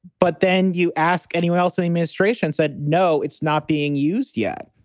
but then you ask anyway, i'll say ministration said, no, it's not being used yet.